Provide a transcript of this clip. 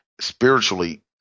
Spiritually